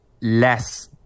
less